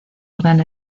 gran